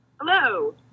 Hello